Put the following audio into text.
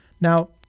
Now